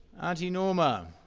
aunty norma.